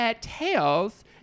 tails